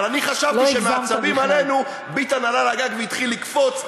אבל אני חשבתי שמעצבים עלינו ביטן עלה לגג והתחיל לקפוץ,